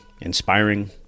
inspiring